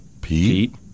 Pete